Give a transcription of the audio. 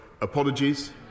apologies